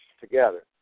together